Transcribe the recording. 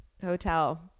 hotel